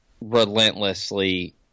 relentlessly